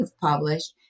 published